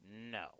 No